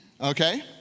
Okay